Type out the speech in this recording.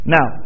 Now